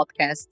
Podcast